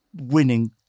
winning